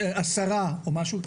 עשרה או משה כזה.